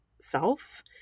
self